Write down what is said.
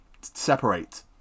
separate